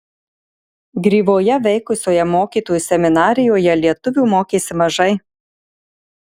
gryvoje veikusioje mokytojų seminarijoje lietuvių mokėsi mažai